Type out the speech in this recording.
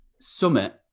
summit